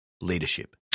leadership